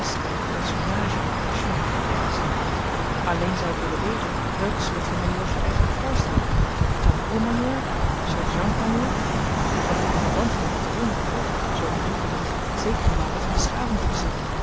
personage en action heb gezien alleen zou ik willen weten welk soort van majoor gij eigenlijk voorstelt tamboer-majoor sergeant-majoor want de commandant van een bataillon behoort zoo ik mij niet bedrieg zekere mate van beschaving te bezitten